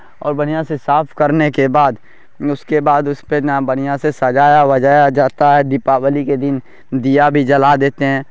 اور بڑھیا سے صاف کرنے کے بعد اس کے بعد اس پہ نا بڑھیا سے سجایا وجایا جاتا ہے دیپاولی کے دن دیا بھی جلا دیتے ہیں